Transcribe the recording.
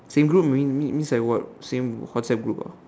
same group mean mean means like what same WhatsApp group ah